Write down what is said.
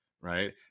right